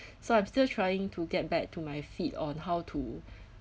so I'm still trying to get back to my feet on how to